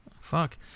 Fuck